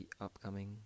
upcoming